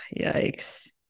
Yikes